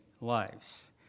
lives